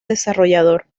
desarrollador